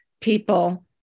people